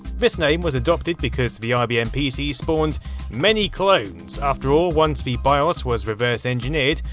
this name was adopted because the ibm pc spawned many a'clones, after all, once the bios was reverse engineered,